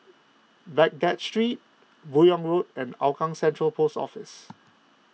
Baghdad Street Buyong Road and Hougang Central Post Office